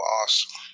awesome